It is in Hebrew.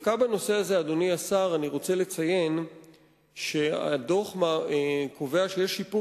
דווקא בנושא הזה אני רוצה לציין שהדוח קובע שיש שיפור